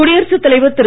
குடியரசுத் தலைவர் திரு